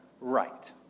right